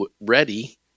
ready